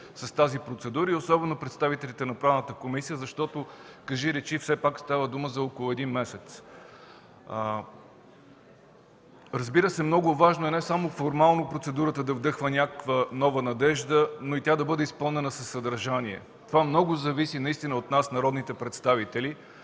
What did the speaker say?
с тази процедура, и особено представителите на Правната комисия, защото кажи-речи все пак става дума за около един месец. Разбира се, много важно е не само формално процедурата да вдъхва някаква нова надежда, но и тя да бъде изпълнена със съдържание. Това наистина много зависи от нас, народните представители,